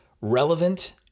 Relevant